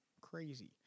Crazy